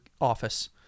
office